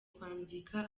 kwandika